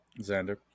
Xander